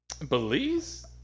Belize